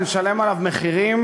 ונשלם עליו מחירים,